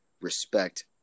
respect